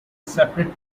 separate